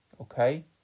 Okay